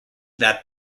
that